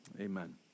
amen